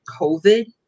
COVID